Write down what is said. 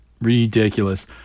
Ridiculous